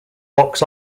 box